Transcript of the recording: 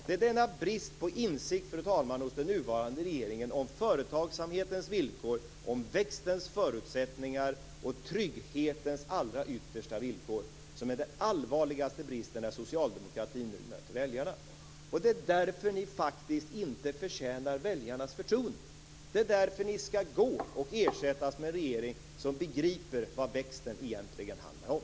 Det är denna brist på insikt hos den nuvarande regeringen om företagsamhetens villkor, om tillväxtens förutsättningar och trygghetens allra yttersta villkor som är den allvarligaste bristen när socialdemokratin möter väljarna. Det är därför ni faktiskt inte förtjänar väljarnas förtroende. Det är därför ni skall gå och ersättas med en regering som begriper vad tillväxten egentligen handlar om.